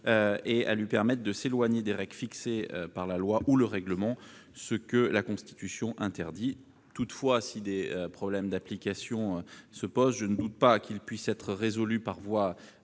et à l'autoriser à s'éloigner des règles fixées par la loi ou par le règlement, ce que la Constitution interdit. Si des problèmes d'application se posaient, je ne doute pas qu'ils pourraient être résolus par voie